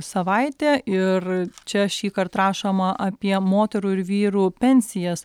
savaitė ir čia šįkart rašoma apie moterų ir vyrų pensijas